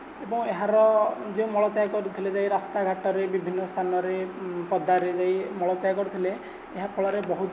ଏବଂ ଏହାର ଯେ ମଳତ୍ୟାଗ କରୁଥିଲେ ଯାଇକି ରାସ୍ତା ଘାଟରେ ବିଭିନ୍ନ ସ୍ଥାନରେ ପଦାରେ ଯାଇ ମଳତ୍ୟାଗ କରୁଥିଲେ ଏହା ଫଳରେ ବହୁତ